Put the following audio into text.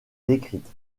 décrite